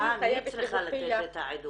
אני רוצה לתת עכשיו לגברת פאטמה עאסי.